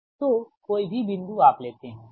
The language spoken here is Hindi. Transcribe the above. तो कोई भी बिंदु आप लेते हैंठीक